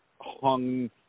hung